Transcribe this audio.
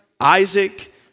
Isaac